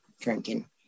drinking